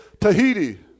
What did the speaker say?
Tahiti